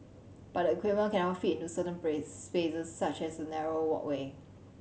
but the equipment cannot fit into certain place spaces such as a narrow walkway